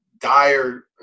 dire